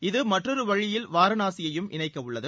இது மற்றொரு வழியில் வாரணாசியையும் இணைக்க உள்ளது